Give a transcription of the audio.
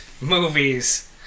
movies